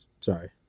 Sorry